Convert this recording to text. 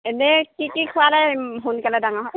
এনেই কি কি খোৱালে সোনকালে ডাঙৰ হয়